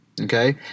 Okay